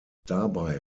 dabei